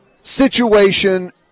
situation